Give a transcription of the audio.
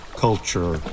culture